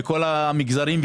כל המגזרים,